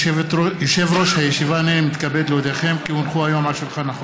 למי נדרש יותר מכול בית